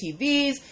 TVs